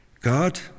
God